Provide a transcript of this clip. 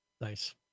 Nice